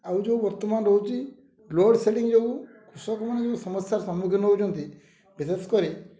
ଆଉ ଯେଉଁ ବର୍ତ୍ତମାନ ରହୁଛି ଲୋଡ଼୍ ସେଡ଼ିଙ୍ଗ ଯେଉଁ କୃଷକମାନେ ଯେଉଁ ସମସ୍ୟାର ସମ୍ମୁଖୀନ ହେଉଛନ୍ତି ବିଶେଷ କରି